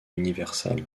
universal